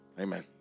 Amen